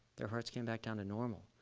their hearts came back down to normal.